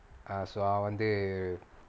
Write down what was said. so அவன் வந்து:avan vanthu